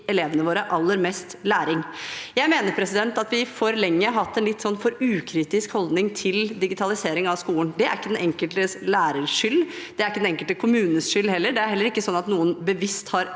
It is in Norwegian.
elevene våre mest mulig læring. Jeg mener at vi for lenge har hatt en for ukritisk holdning til digitalisering av skolen. Det er ikke den enkelte lærers skyld, og det er ikke den enkelte kommunes skyld heller. Det er heller ikke noen som bevisst har